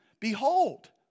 Behold